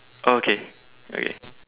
oh okay okay